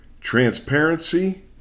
Transparency